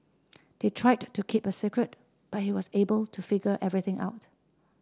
they tried to keep it a secret but he was able to figure everything out